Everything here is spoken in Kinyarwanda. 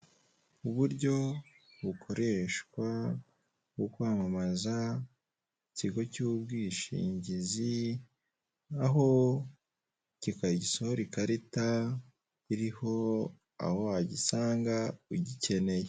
Uburyo bukoreshwa mu kwamamaza ikigo cy'ubwishingizi naho kika gisohora ikarita iriho aho wagisanga ugikeneye.